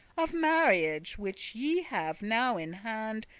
of marriage, which ye have now in hand,